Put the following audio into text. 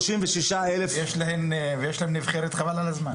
ויש להם נבחרת "חבל על הזמן".